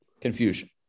confusion